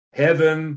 heaven